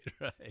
Right